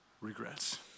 regrets